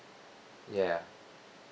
ya